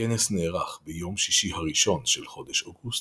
הכנס נערך ביום שישי הראשון של חודש אוגוסט,